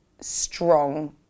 strong